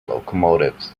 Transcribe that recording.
locomotives